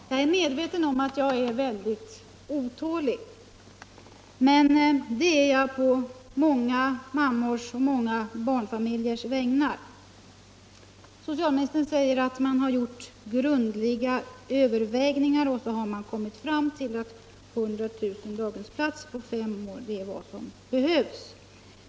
Herr talman! Jag är medveten om att jag är mycket otålig. Men det är jag på många mammors och många barnfamiljers vägnar. Socialministern säger att man har gjort grundliga överväganden och kommit fram till att 100 000 daghemsplatser på fem år är vad som behövs.